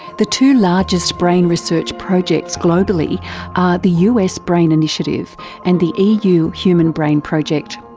the two largest brain research projects globally are the us brain initiative and the eu human brain project.